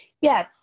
Yes